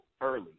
early